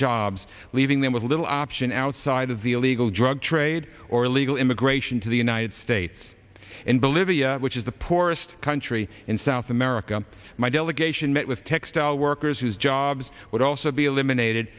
jobs leaving them with little option outside of the illegal drug trade or illegal immigration to the united states in bolivia which is the poorest country in south america my delegation met with textile workers whose jobs would also be eliminated